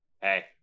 Hey